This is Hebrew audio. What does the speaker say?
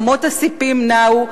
אמות הספים נעו,